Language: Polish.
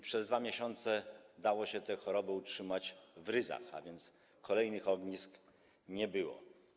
Przez 2 miesiące dało się tę chorobę utrzymać w ryzach, tak że kolejnych ognisk nie było.